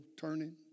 turning